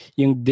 yung